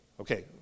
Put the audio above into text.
Okay